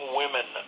women